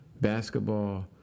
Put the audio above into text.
basketball